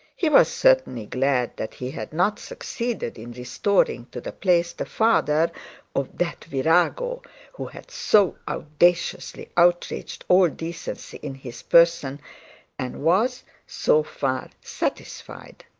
he was certainly glad that he had not succeeded in restoring to the place the father of that virago who had so audaciously outraged all decency in his person and was so far satisfied.